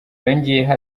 yongeyeho